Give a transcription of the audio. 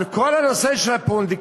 על כל הנושא של הפונדקאות